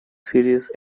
series